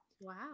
Wow